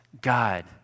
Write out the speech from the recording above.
God